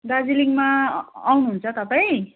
दार्जिलिङमा आउनुहुन्छ तपाईँ